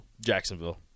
Jacksonville